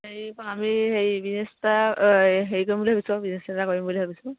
হেৰি আমি হেৰি বিজনেছ এটা হেৰি কৰিম বুলি ভাবিছোঁ বিজনেছ এটা কৰিম বুলি ভাবিছোঁ